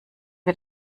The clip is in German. wir